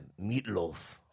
meatloaf